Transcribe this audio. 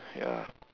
ya